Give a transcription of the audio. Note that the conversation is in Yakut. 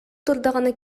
турдаҕына